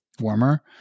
warmer